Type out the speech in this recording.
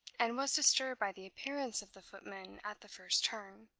and was disturbed by the appearance of the footman at the first turn.